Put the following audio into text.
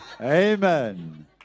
Amen